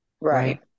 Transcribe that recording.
right